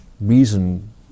reason